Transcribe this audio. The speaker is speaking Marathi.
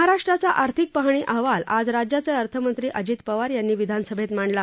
महाराष्ट्राचा आर्थिक पाहणी अहवाल आज राज्याचे अर्थमंत्री अजित पवार यांनी विधानसभेत मांडला